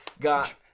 got